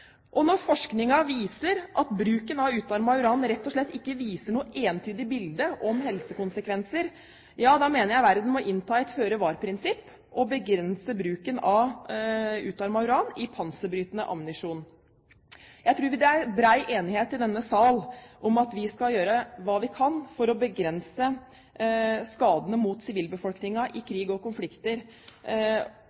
Når forskningen viser at bruken av utarmet uran rett og slett ikke viser noe entydig bilde om helsekonsekvenser, mener jeg verden må innta et føre-var-prinsipp og begrense bruken av utarmet uran i panserbrytende ammunisjon. Jeg tror det er bred enighet i denne sal om at vi skal gjøre hva vi kan for å begrense skadene mot sivilbefolkningen i